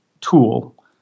tool